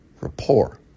rapport